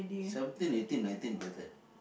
seventeen eighteen nineteen